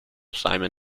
simon